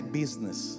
business